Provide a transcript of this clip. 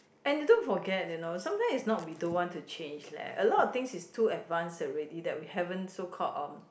and they don't forget you know sometimes is not we don't want to change leh a lot of things is too advanced already that we haven't so called uh